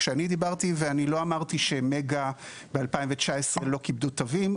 כשאני דיברתי לא אמרתי שבמגה ב-2019 לא כיבדו תווים.